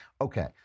Okay